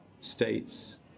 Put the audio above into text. states